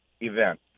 event